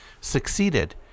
succeeded